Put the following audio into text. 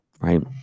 right